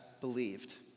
believed